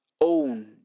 own